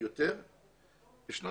יותר בשנת